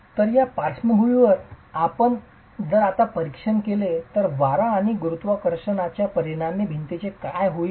तर या पार्श्वभूमीवर आपण जर आता परीक्षण केले तर वारा आणि गुरुत्वाकर्षणाच्या परिणामी भिंतीचे काय होईल